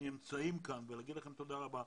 שנמצאים כאן ולומר לכם תודה רבה.